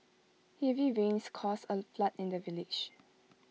heavy rains caused A flood in the village